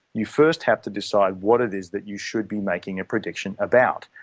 you first have to decide what it is that you should be making a prediction about.